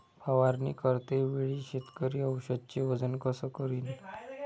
फवारणी करते वेळी शेतकरी औषधचे वजन कस करीन?